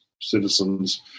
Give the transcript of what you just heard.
citizens